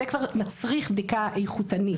זה כבר מצריך בדיקה איכותנית.